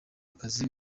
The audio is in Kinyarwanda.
akazi